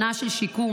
שנה של שיקום.